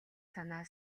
санаа